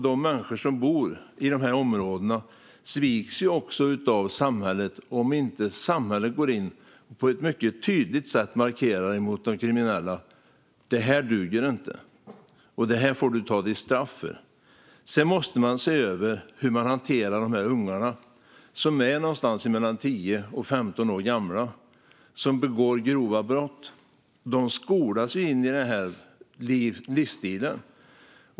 De människor som bor i de här områdena sviks av samhället om inte samhället går in och markerar mot de kriminella på ett mycket tydligt sätt: Det här duger inte - detta får du ta ditt straff för. Sedan måste man se över hur man hanterar de här ungarna, som är någonstans mellan 10 och 15 år gamla och begår grova brott. De skolas ju in i den här livsstilen.